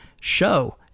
show